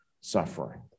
suffering